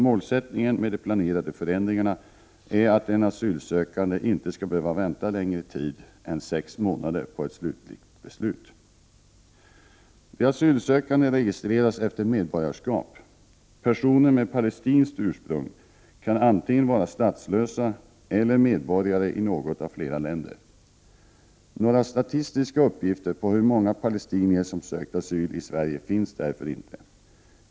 Målsättningen med de planerade förändringarna är att en asylsökande inte skall behöva vänta längre tid än sex månader på ett slutligt beslut. De asylsökande registreras efter medborgarskap. Personer med palestinskt ursprung kan antingen vara statslösa eller medborgare i något av flera länder. Några statistiska uppgifter på hur många palestinier som sökt asyl i Sverige finns därför inte.